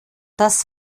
das